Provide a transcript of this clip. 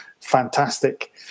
fantastic